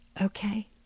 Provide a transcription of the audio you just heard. okay